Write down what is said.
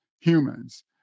humans